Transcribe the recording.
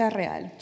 real